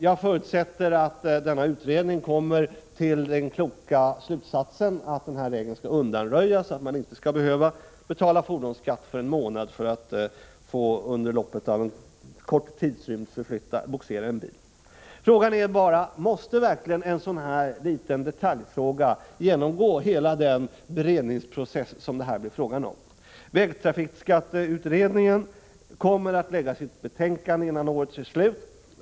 Jag förutsätter att denna utredning kommer till den kloka slutsatsen att den här regeln skall undanröjas, så att man inte skall behöva betala fordonsskatt för en månad för att under en kort tidrymd få bogsera en bil. Frågan är bara: Måste verkligen en sådan här liten detaljfråga genomgå hela den beredningsprocess som det här blir fråga om? Vägtrafikskatteutredningen kommer att lägga fram sitt betänkande innan året är slut.